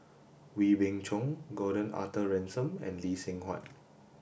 Wee Beng Chong Gordon Arthur Ransome and Lee Seng Huat